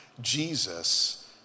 Jesus